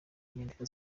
inyandiko